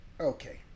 Okay